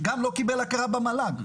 שגם לא קיבל הכרה במל"ג.